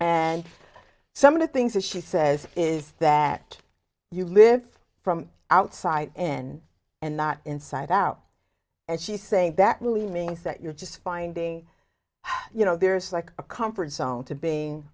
and some of the things that she says is that you live from outside in and not inside out and she's saying that really means that you're just finding you know there's like a comfort zone to